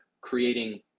creating